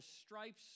stripes